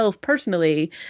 personally